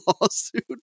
lawsuit